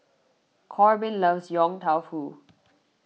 Korbin loves Yong Tau Foo